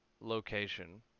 location